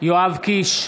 יואב קיש,